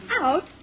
out